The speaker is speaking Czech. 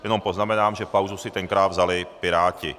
Jenom poznamenám, že pauzu si tenkrát vzali Piráti.